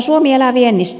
suomi elää viennistä